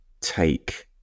take